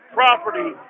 property